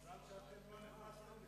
מזל שאתם לא נכנסתם לשם.